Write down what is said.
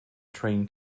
train